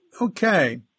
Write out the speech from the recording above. okay